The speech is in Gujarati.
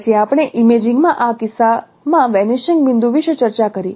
પછી આપણે ઇમેજિંગ માં આ કિસ્સામાં વેનીશિંગ બિંદુ વિશે ચર્ચા કરી